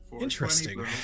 interesting